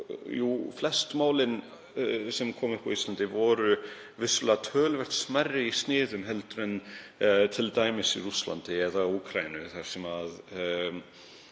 Flest málin sem komu upp á Íslandi voru vissulega töluvert smærri í sniðum en t.d. í Rússlandi eða Úkraínu þar sem